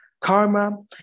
Karma